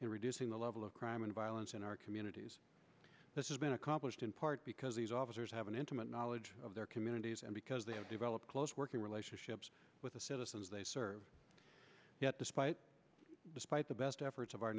in reducing the level of crime and violence in our communities this is been accomplished in part because these officers have an intimate knowledge of their communities and because they have developed close working relationships with the citizens they serve yet despite despite the best efforts of our